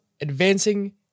advancing